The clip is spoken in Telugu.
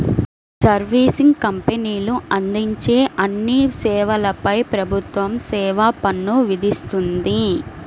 సర్వీసింగ్ కంపెనీలు అందించే అన్ని సేవలపై ప్రభుత్వం సేవా పన్ను విధిస్తుంది